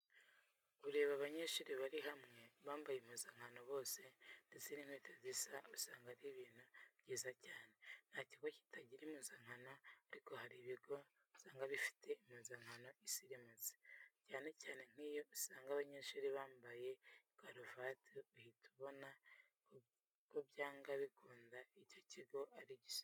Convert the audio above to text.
Kureba abanyeshuri bari hamwe, bambaye impuzankano bose ndetse n'inkweto zisa usanga ari ibintu byiza cyane. Nta kigo kitagira impuzankano ariko hari ibigo usanga bifite impuzankano isirimutse, cyane cyane nk'iyo usanga abanyeshuri bambaye karavati uhita ubona ko byanga bakunda icyo kigo ari igisirimu.